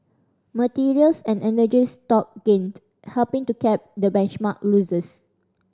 materials and energy stock gained helping to cap the benchmark's losses